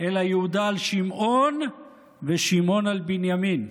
אלא יהודה על שמעון ושמעון על בנימין.